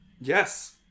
Yes